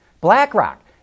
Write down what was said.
BlackRock